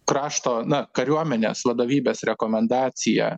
krašto na kariuomenės vadovybės rekomendacija